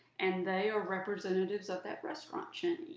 and they are representatives of that restaurant chain.